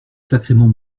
sacrément